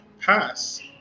Pass